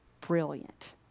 brilliant